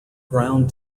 ground